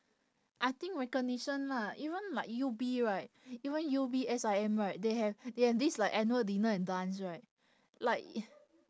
I think recognition lah even like U_B right even U_B S_I_M right they have they have this like annual dinner and dance right like